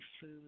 food